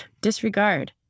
disregard